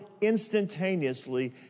instantaneously